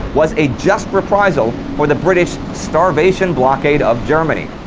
was a just reprisal for the british starvation blockade of germany.